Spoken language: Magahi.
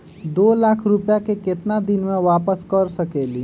दो लाख रुपया के केतना दिन में वापस कर सकेली?